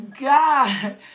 God